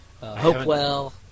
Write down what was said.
Hopewell